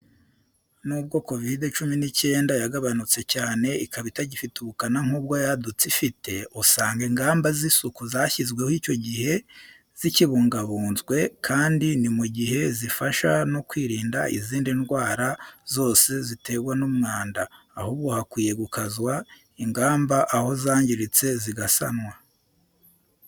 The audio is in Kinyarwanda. N'ubwo kovide cumi n'icyenda yagabanutse cyane, ikaba itagifite ubukana nk'ubwo yadutse ifite, usanga ingamba z'isuku zashyizweho icyo gihe zikibungabunzwe, kandi ni mu gihe, zifasha no kwirinda izindi ndwara zose ziterwa n'umwanda; ahubwo hakwiye gukazwa ingamba aho zangiritse zigasanwa.